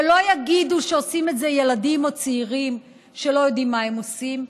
ולא יגידו שעושים את זה ילדים או צעירים שלא יודעים מה הם עושים,